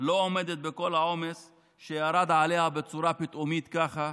לא עומדת בכל העומס שירד עליה בצורה פתאומית, ככה,